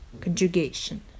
conjugation